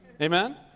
Amen